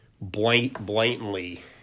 blatantly